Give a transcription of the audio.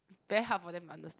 very hard for them to unders~